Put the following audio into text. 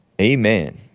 Amen